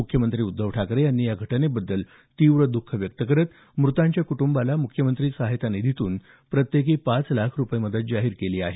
मुख्यमंत्री उद्धव ठाकरे यांनी या घटनेबद्दल तीव्र दुःख व्यक्त करत म्रतांच्या कुटूंबाला मुख्यमंत्री सहाय्यता निधीतून प्रत्येकी पाच लाख रुपये मदत जाहीर केली आहे